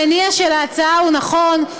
המניע של ההצעה נכון,